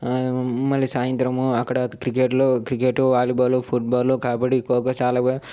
మళ్ళీ సాయంత్రం అక్కడ క్రికెట్ లో cricket volleyball football kabaddi kho kho చాలా